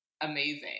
amazing